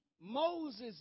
Moses